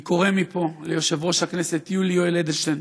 אני קורא מפה ליושב-ראש הכנסת יולי יואל אדלשטיין,